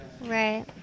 Right